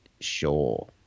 Sure